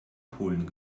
polen